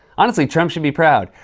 honestly, trump should be proud.